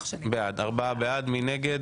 ארבעה בעד, מי נגד?